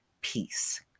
Peace